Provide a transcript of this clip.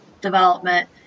development